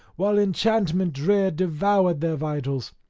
while enchantment drear devoured their vitals.